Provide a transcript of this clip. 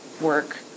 work